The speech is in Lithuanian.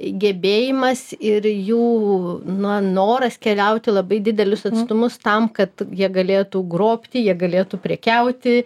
gebėjimas ir jų noras na keliauti labai didelius atstumus tam kad jie galėtų grobti jie galėtų prekiauti